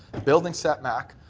building setback,